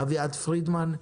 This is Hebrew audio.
אביעד פרידמן,